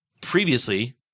previously